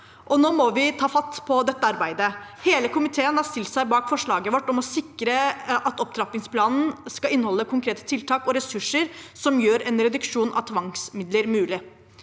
nå må vi ta fatt på dette arbeidet. Hele komiteen har stilt seg bak forslaget vårt om å sikre at opptrappingsplanen skal inneholde konkrete tiltak og ressurser som gjør en reduksjon av tvangsmidler mulig.